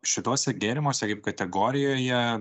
šituose gėrimuose kaip kategorijoje